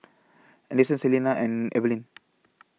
Anderson Celena and Evelin